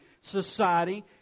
society